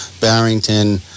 Barrington